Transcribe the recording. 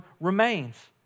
remains